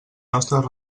nostres